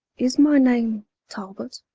is my name talbot?